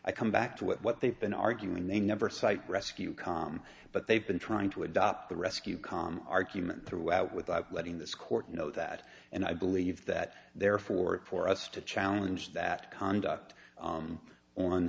i come back to what they've been arguing they never cite rescue com but they've been trying to adopt the rescue calm argument throughout without letting this court you know that and i believe that therefore for us to challenge that conduct